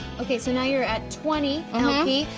okay, so now you're at twenty lp.